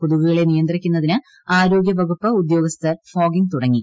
കൊതുകുകളെ നിയന്ത്രിക്കുന്നതിന് ആരോഗ്യവകുപ്പ് ഉദ്യോഗസ്ഥർ ഫോഗിംഗ് തുടങ്ങി